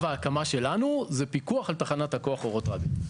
ההקמה שלנו הוא פיקוח על תחנת הכוח אורות רבין.